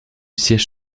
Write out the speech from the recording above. siège